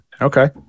Okay